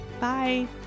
Bye